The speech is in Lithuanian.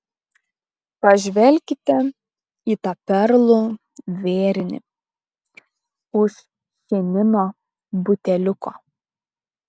pažvelkite į tą perlų vėrinį už chinino buteliuko